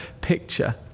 picture